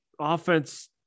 offense